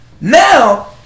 Now